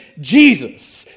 Jesus